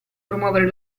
promuovere